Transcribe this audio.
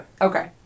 Okay